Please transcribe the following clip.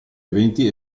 eventi